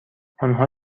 آنها